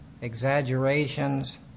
exaggerations